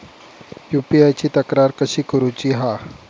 UPI ची तक्रार कशी करुची हा?